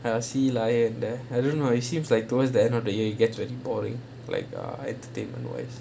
I will see liar and dare I didn't know it seems like towards the end of the year it gets very boring like err entertainment wise